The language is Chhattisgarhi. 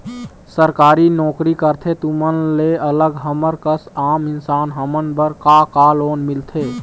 सरकारी नोकरी करथे तुमन ले अलग हमर कस आम इंसान हमन बर का का लोन मिलथे?